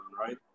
Right